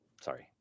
Sorry